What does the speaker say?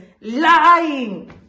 Lying